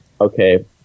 okay